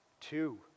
Two